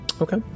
Okay